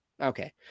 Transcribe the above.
okay